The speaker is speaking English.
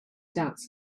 doubts